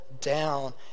down